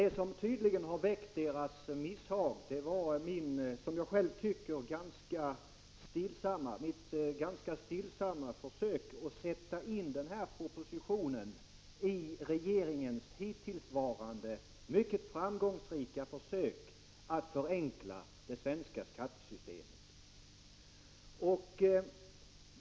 Det som tydligen har väckt deras misshag var mitt, som jag själv tycker, ganska stillsamma försök att sätta denna proposition i samband med regeringens hittills mycket framgångsrika strävan att förenkla det svenska skattesystemet.